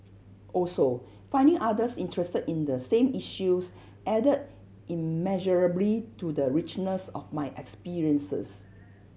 also finding others interested in the same issues added immeasurably to the richness of my experiences